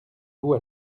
vous